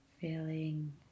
feeling